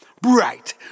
bright